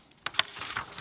puhemies